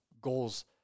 goals